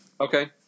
Okay